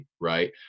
Right